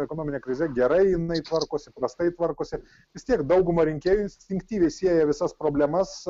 ekonomine krize gerai jinai tvarkosi prastai tvarkosi vis tiek dauguma rinkėjų instinktyviai sieja visas problemas